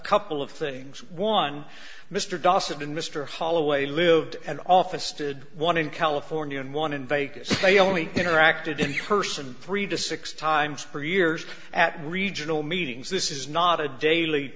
couple of things one mr dawson and mr holloway lived and office did one in california and one in vegas they only interacted in person three to six times per years at regional meetings this is not a daily